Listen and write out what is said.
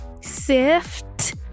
Sift